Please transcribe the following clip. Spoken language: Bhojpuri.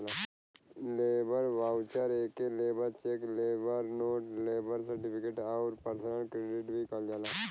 लेबर वाउचर एके labour cheque, labour note, labour certificate आउर पर्सनल क्रेडिट भी कहल जाला